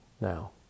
now